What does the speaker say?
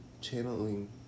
channeling